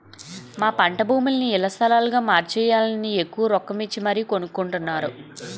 మా పంటభూములని ఇళ్ల స్థలాలుగా మార్చేయాలని ఎక్కువ రొక్కమిచ్చి మరీ కొనుక్కొంటున్నారు